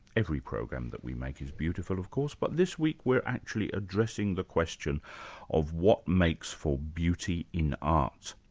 every program that we make is beautiful of course, but this week we're actually addressing the question of what makes for beauty in art.